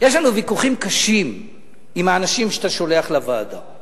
יש לנו ויכוחים קשים עם האנשים שאתה שולח לוועדה.